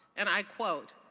and i quote,